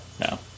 no